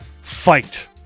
fight